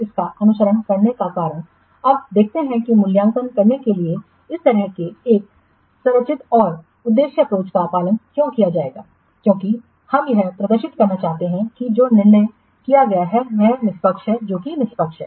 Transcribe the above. इसका अनुसरण करने का कारण अब देखते हैं कि मूल्यांकन करने के लिए इस तरह के एक संरचित और उद्देश्य अप्रोच का पालन क्यों किया जाएगा क्योंकि हम यह प्रदर्शित करना चाहते हैं कि जो निर्णय किया गया है वह निष्पक्ष है जो निष्पक्ष है